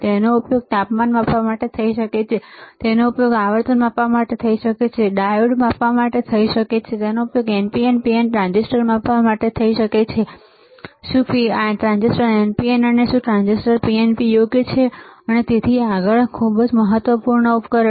તેનો ઉપયોગ તાપમાન માપવા માટે કરી શકાય છે તેનો ઉપયોગ આવર્તન માટે કરી શકાય છે તેનો ઉપયોગ ડાયોડને માપવા માટે કરી શકાય છે તેનો ઉપયોગ NPN અને PNP ટ્રાન્ઝિસ્ટરને માપવા માટે કરી શકાય છે કે શું ટ્રાન્ઝિસ્ટર NPN છે કે શું ટ્રાન્ઝિસ્ટર PNP યોગ્ય છે અને તેથી આગળતેથી ખૂબ જ મહત્વપૂર્ણ ઉપકરણ